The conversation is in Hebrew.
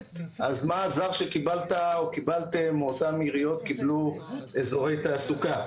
אז מה עזר שאותן עיריות קיבלו אזורי תעסוקה?